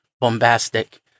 bombastic